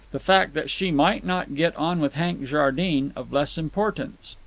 the fact that she might not get on with hank jardine of less importance.